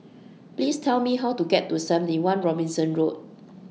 Please Tell Me How to get to seventy one Robinson Road